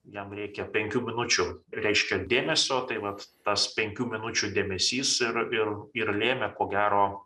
jam reikia penkių minučių reiškia dėmesio tai vat tas penkių minučių dėmesys ir ir ir lėmė ko gero